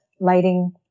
lighting